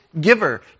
giver